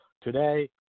Today